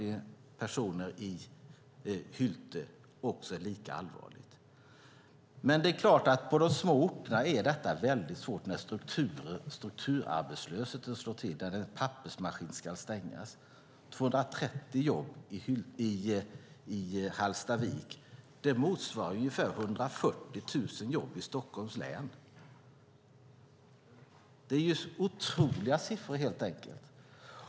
Jag hörde att det också gäller 140 personer i Hylte. Det är lika allvarligt. Det är mycket svårt på de små orterna där strukturarbetslösheten slår till när en pappersmaskin ska stängas av. 230 jobb i Hallstavik motsvarar ungefär 140 000 jobb i Stockholms län. Det är otroliga siffror.